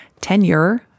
tenure